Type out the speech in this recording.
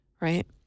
right